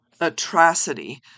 atrocity